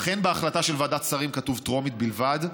אכן בהחלטה של ועדת שרים כתוב טרומית בלבד,